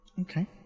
Okay